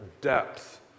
depth